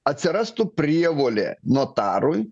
atsirastų prievolė notarui